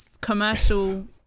commercial